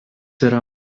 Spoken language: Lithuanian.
yra